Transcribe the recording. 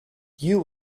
you